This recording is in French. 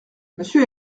monsieur